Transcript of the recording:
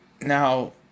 Now